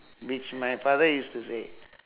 which my father used to say